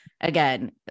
Again